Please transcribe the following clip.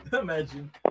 Imagine